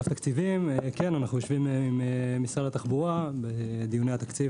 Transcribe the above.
אנחנו יושבים עם משרד התחבורה בדיוני התקציב,